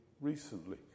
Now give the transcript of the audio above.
recently